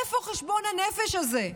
איפה חשבון הנפש הזה?